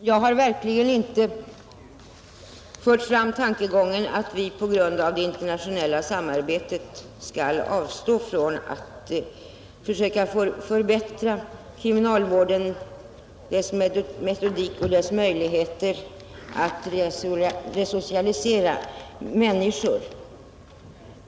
Herr talman! Jag har verkligen inte fört fram tankegången att vi på grund av det internationella samarbetet skall avstå från att försöka förbättra kriminalvården, dess metodik och dess möjligheter att resocialisera människor.